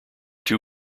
too